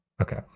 Okay